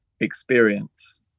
experience